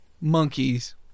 monkeys